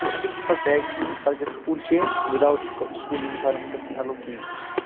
سُہ ہٮ۪کہِ پَتہٕ بیگس منٛز أنِتھ پَتہٕ گژھِ school change without school uniform گژھِ نہٕ اٮ۪لو کِہیٖنۍ تِنہٕ